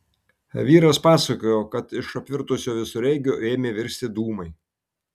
vyras pasakojo kad iš apvirtusio visureigio ėmė virsti dūmai